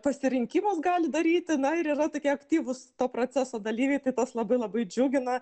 pasirinkimus gali daryti na ir yra tokie aktyvūs to proceso dalyviai tai tas labai labai džiugina